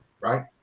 right